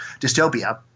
dystopia